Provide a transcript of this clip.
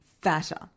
fatter